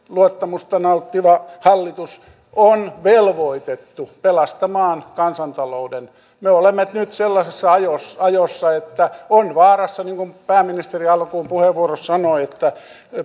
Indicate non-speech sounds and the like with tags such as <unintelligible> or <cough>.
<unintelligible> luottamusta nauttiva hallitus on velvoitettu pelastamaan kansantalouden me olemme nyt sellaisessa ajossa ajossa että on vaarassa niin kuin pääministeri alkuun puheenvuorossaan sanoi että